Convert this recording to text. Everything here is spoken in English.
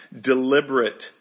deliberate